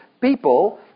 people